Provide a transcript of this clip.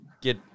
get